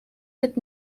wird